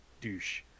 douche